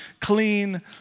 clean